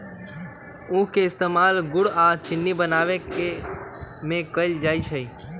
उख के इस्तेमाल गुड़ आ चिन्नी बनावे में कएल जाई छई